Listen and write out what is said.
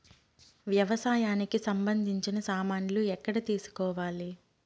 వ్యవసాయానికి సంబంధించిన సామాన్లు ఎక్కడ తీసుకోవాలి?